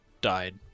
died